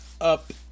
up